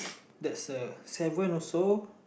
that's a seven also